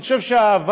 אני חושב שהאהבה